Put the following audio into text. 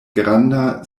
granda